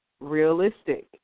realistic